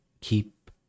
keep